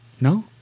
no